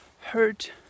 hurt